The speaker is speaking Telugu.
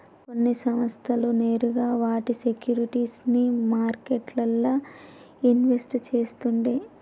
కొన్ని సంస్థలు నేరుగా వాటి సేక్యురిటీస్ ని మార్కెట్లల్ల ఇన్వెస్ట్ చేస్తుండే